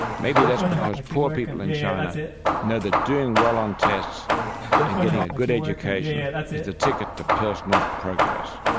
maybe that's because poor people in china know that doing well on tests and getting a good education is the ticket to personal progress.